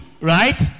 right